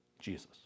Jesus